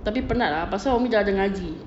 tapi penat ah pasal umi dah ada ngaji